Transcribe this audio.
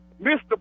Mr